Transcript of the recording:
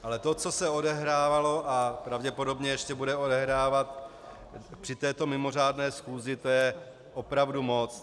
Ale to, co se odehrávalo a pravděpodobně ještě bude odehrávat při této mimořádné schůzi, to je opravdu moc.